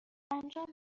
انجام